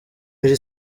iri